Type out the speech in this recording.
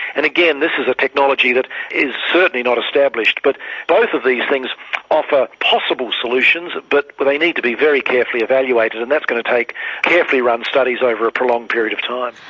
and again, this is a technology that is certainly not established. but both of these things offer possible solutions, but they need to be very carefully evaluated, and that's going to take carefully-run studies over a prolonged period of time.